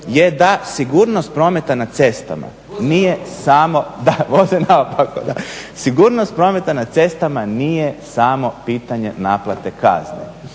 je da sigurnost prometa na cestama nije samo … /Upadica: Voze naopako./… Da, voze naopako. Sigurnost prometa na cestama nije samo pitanje naplate kazni.